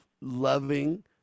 loving